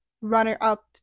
runner-up